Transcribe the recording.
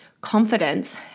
confidence